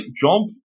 Jump